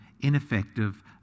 ineffective